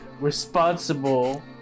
responsible